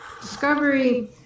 Discovery